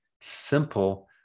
simple